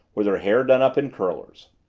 with her hair done up in curlers.